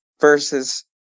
versus